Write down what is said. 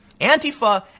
Antifa